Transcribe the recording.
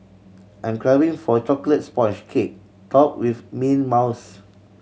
I'm craving for a chocolate sponge cake top with mint mouse